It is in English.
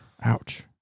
Ouch